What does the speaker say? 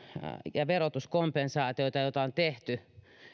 ja verotuskompensaatiot joita on tehty